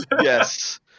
yes